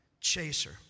chaser